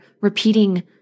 repeating